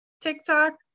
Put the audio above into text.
TikTok